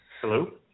Hello